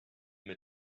mit